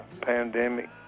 pandemic